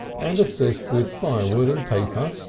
and assist with firewood and paper,